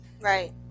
Right